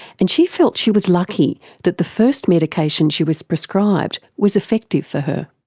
and she felt she was lucky that the first medication she was prescribed was effective for her.